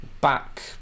back